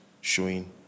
showing